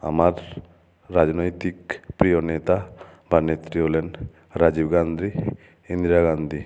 আমার রাজনৈতিক প্রিয় নেতা বা নেত্রী হলেন রাজীব গান্ধী ইন্দিরা গান্ধী